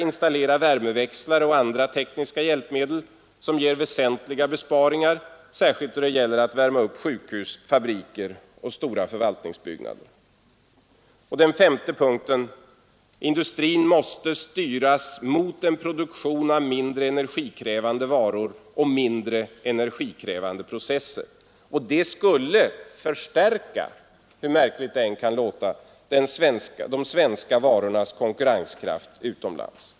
Installera värmeväxlare och andra tekniska hjälpmedel som ger väsentliga besparingar, särskilt då det gäller att värma upp sjukhus, fabriker och stora förvaltningsbyggnader. 5. Industrin måste steg för steg styras mot en produktion av mindre energikrävande varor och mindre energikrävande processer. Det skulle förstärka — hur märkligt det än kan låta — de svenska varornas konkurrenskraft utomlands.